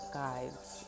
guides